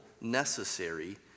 Necessary